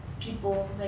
people